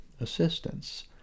assistance